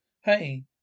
Hey